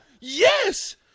Yes